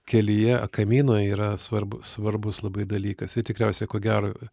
kelyje kamino yra svarbu svarbus labai dalykas ir tikriausiai ko gero